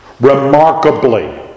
remarkably